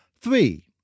Three